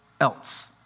else